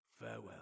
Farewell